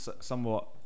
somewhat